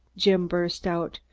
jim burst out.